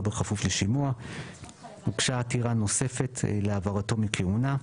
בכפוף לשימוע הוגשה עתירה נוספת להעברתו מכהונה.